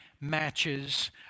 matches